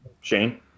Shane